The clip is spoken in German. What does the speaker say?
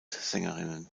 sängerinnen